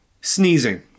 Sneezing